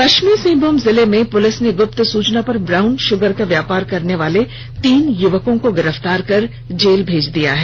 पश्चिम सिंहभूम जिले में पुलिस ने गुप्त सूचना पर ब्राउन शूगर का व्यापार करने वाले तीन युवकों को गिरफ्तार कर जेल भेज दिया है